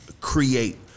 create